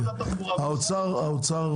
האוצר